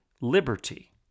liberty